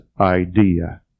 idea